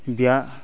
বিয়া